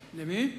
למי?